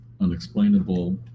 unexplainable